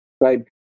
Right